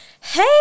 hey